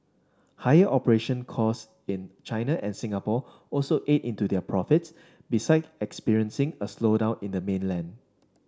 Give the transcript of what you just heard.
higher operation costs in China and Singapore also ate into their profits beside experiencing a slowdown in the mainland